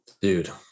dude